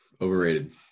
Overrated